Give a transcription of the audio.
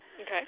okay